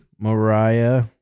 Mariah